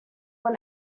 when